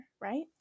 right